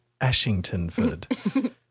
Ashingtonford